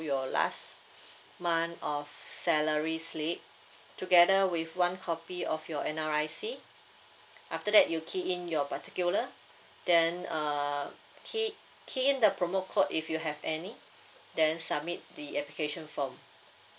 your last month of salary slip together with one copy of your N_R_I_C after that you key in your particular then uh key key in the promo code if you have any then submit the application form